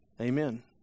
Amen